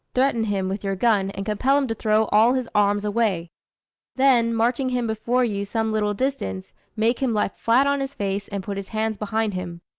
threaten him with your gun, and compel him to throw all his arms away then, marching him before you some little distance, make him lie flat on his face and put his hands behind him.